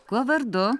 kuo vardu